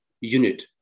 unit